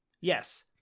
Yes